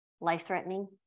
life-threatening